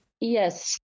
Yes